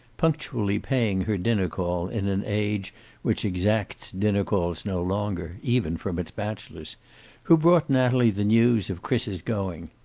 punctually paying her dinner-call in an age which exacts dinner-calls no longer even from its bachelors who brought natalie the news of chris's going.